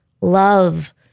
love